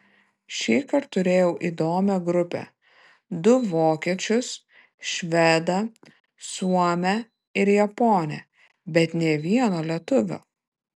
šįkart turėjau įdomią grupę du vokiečius švedą suomę ir japonę bet nė vieno lietuvio